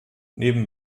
neben